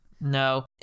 No